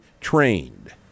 trained